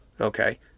Okay